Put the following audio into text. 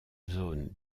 zones